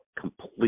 complete